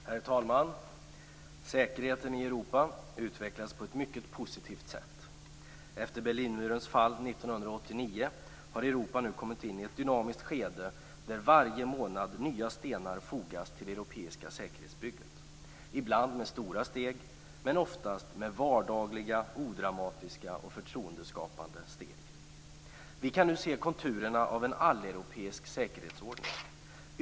Herr talman! Säkerheten i Europa utvecklas på ett mycket positivt sätt. Efter Berlinmurens fall 1989 har Europa nu kommit in ett dynamiskt skede där varje månad nya stenar fogas till det europeiska säkerhetsbygget. Ibland sker det med stora steg, men oftast med vardagliga, odramatiska och förtroendeskapande steg. Vi kan nu se konturerna av en alleuropeisk säkerhetsordning.